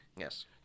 Yes